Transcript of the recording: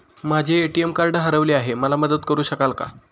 माझे ATM card हरवले आहे, मला मदत करु शकाल का?